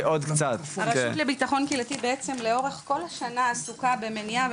הרשות לביטחון קהילתי בעצם לאורך כל השנה עסוקה במניעה,